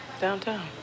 Downtown